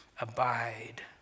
abide